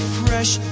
fresh